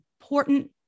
important